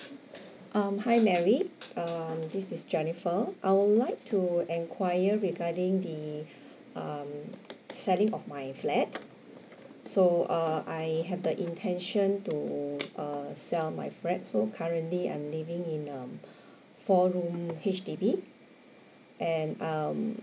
um hi mary um this is jennifer I would like to enquire regarding the um selling of my flat so uh I have the intention to uh sell my flat so currently I'm living in um four room H_D_B and um